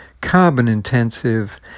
carbon-intensive